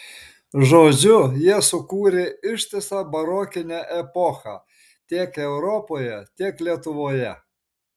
žodžiu jie sukūrė ištisą barokinę epochą tiek europoje tiek lietuvoje